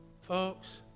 Folks